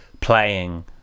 playing